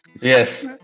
Yes